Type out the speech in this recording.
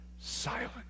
silent